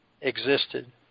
existed